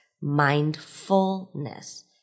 mindfulness